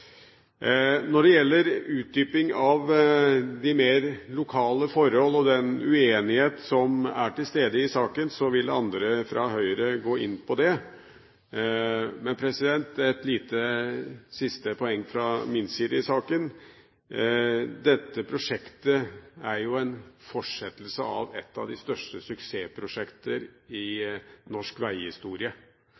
Når det gjelder utdyping av de mer lokale forhold og den uenighet som er til stede i saken, vil andre fra Høyre gå inn på det. Men først et lite siste poeng fra min side i saken: Dette prosjektet er jo en fortsettelse av et av de største suksessprosjekter i